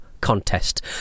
Contest